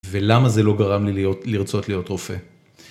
ולמה זה לא גרם לי לרצות להיות רופא?